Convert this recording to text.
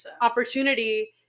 opportunity